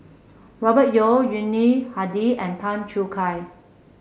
Robert Yeo Yuni Hadi and Tan Choo Kai